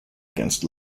against